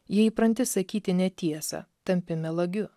jei įpranti sakyti netiesą tampi melagiu